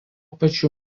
pačiu